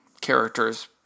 Characters